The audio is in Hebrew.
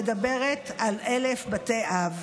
מדברת על 1,000 בתי אב.